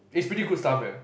it's pretty good stuff eh